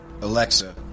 Alexa